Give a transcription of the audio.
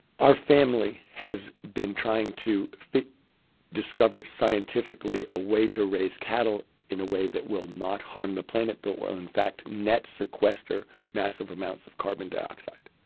our family has been trying to discover, scientifically, a way to raise cattle in a way that will not harm the planet bill will in fact net sequester massive amounts of carbon dioxide.